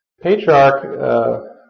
patriarch